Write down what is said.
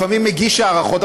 לפעמים מגיש הערכות,